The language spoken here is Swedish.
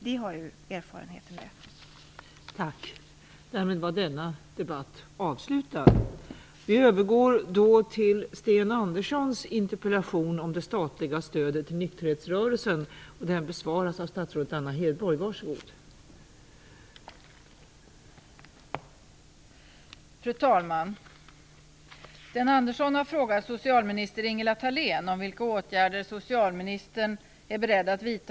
Det har erfarenheten lärt oss.